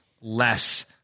less